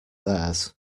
theirs